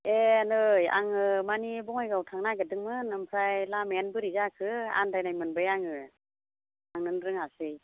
ए नै आङो माने बङाइगावआव थांनो नागिरदोंमोन ओमफ्राय लामायानो बोरै जाखो आन्दायनाय मोनबाय आङो थांनोनो रोङासै